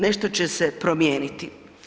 Nešto će se promijeniti.